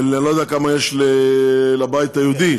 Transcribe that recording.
ואני לא יודע כמה יש לבית היהודי,